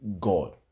God